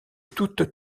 toute